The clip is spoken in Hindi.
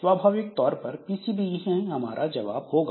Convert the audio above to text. स्वाभाविक तौर पर पीसीबी ही हमारा जवाब होगा